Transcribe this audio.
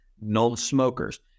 non-smokers